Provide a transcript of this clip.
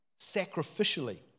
sacrificially